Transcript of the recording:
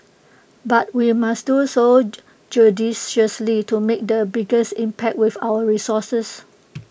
but we must do so judiciously to make the biggest impact with our resources